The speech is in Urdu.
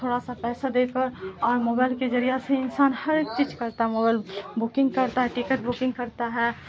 تھوڑا سا پیسہ دے کر اور موبائل کے ذریعہ سے انسان ہر ایک چیز کرتا ہے موبائل بکنگ کرتا ہے ٹکٹ بکنگ کرتا ہے